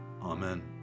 Amen